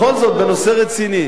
בכל זאת, בנושא רציני.